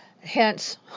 hence